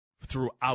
throughout